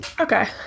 Okay